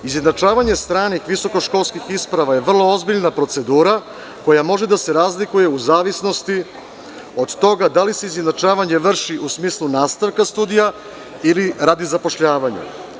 Izjednačavanje stranih visoko školskih isprava je vrlo ozbiljna procedura koja može da se razlikuje u zavisnosti od toga da li se izjednačavanje vrši u smislu nastavka studija ili radi zapošljavanja.